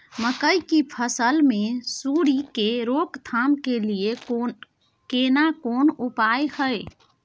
मकई की फसल मे सुंडी के रोक थाम के लिये केना कोन उपाय हय?